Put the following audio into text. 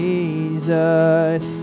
Jesus